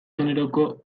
generoko